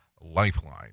Lifeline